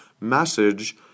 message